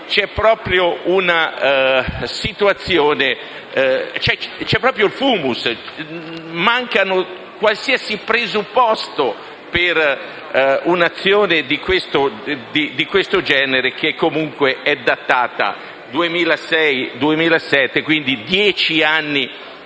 c'è proprio *fumus*, manca cioè qualsiasi presupposto per un'azione di questo genere che comunque è datata 2006-2007 e che quindi risale a dieci